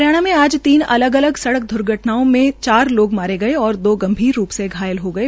हरियाणा में आज तीन अलग अलग सड़क द्र्घटनाओं में चार लोग मारेगये और दो गंभीर रू से घायल हो गये